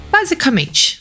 Basicamente